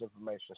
information